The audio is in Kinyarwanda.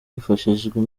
hifashishijwe